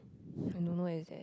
I don't know where is there